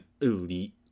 elite